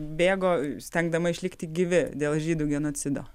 bėgo įstengdama išlikti gyvi dėl žydų genocido